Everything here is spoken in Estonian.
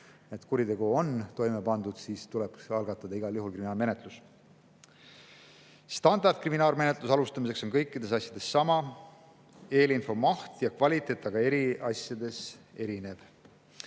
kuritegu on toime pandud, siis tuleks algatada igal juhul kriminaalmenetlus. Standard kriminaalmenetluse alustamiseks on kõikides asjades sama, eelinfo maht ja kvaliteet aga eri asjades erinev.